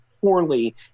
poorly